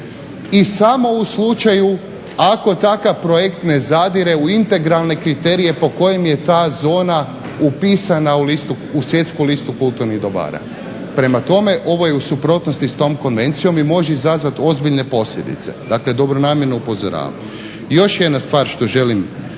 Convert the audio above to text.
I samo u slučaju ako takav projekt ne zadire u integralne kriterije po kojem je ta zona upisana u svjetsku listu kulturnih dobara. Prema tome, ovo je u suprotnosti s tom konvencijom i može izazvati ozbiljne posljedice, dakle dobronamjerno upozoravam. I još jedna stvar što želim